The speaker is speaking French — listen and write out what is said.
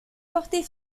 portée